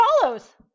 follows